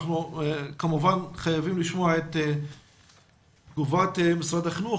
אנחנו כמובן חייבים לשמוע את תגובת משרד החינוך